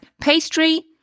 pastry